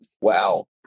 Wow